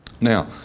Now